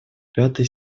пятой